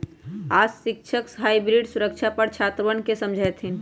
आज शिक्षक हाइब्रिड सुरक्षा पर छात्रवन के समझय थिन